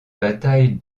bataille